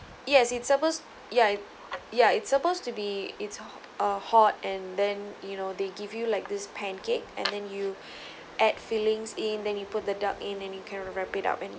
yes it suppose ya ya it's supposed to be it's a hot and then you know they give you like this pancake and then you add fillings in then you put the duck in any you can wrap it up and